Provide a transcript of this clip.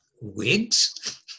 Wigs